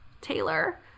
Taylor